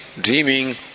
dreaming